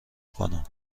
کنم